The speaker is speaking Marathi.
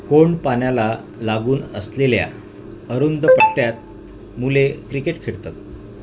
कोंडपाण्याला लागून असलेल्या अरुंद पट्ट्यात मुले क्रिकेट खेळतात